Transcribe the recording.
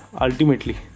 ultimately